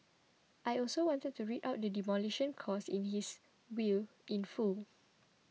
I also wanted to read out the Demolition Clause in his will in full